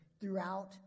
throughout